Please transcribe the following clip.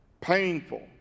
painful